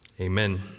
Amen